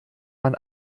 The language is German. man